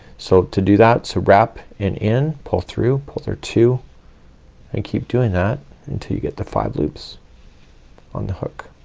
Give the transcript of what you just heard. so to do that, so wrap and in, pull through, pull there two and keep doing that until you get to five loops on the hook.